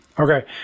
Okay